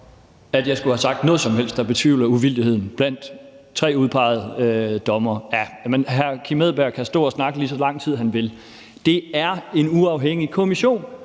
at jeg skulle have sagt noget som helst, der betvivler uvildigheden blandt tre udpegede dommere. Så kan hr. Kim Edberg Andersen stå dernede og snakke, lige så lang tid han vil: Det er en uafhængig kommission,